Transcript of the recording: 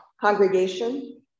congregation